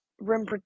rim –